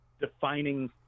defining